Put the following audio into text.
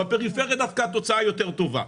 בפריפריה דווקא התוצאה היא יותר טובה,